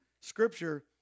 Scripture